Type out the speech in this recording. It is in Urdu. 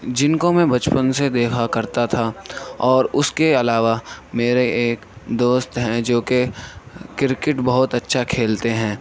جن کو میں بچپن سے دیکھا کرتا تھا اور اس کے علاوہ میرے ایک دوست ہیں جو کہ کرکٹ بہت اچھا کھیلتے ہیں